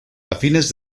afines